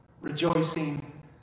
rejoicing